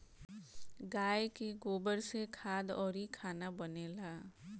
गाइ के गोबर से खाद अउरी खाना बनेला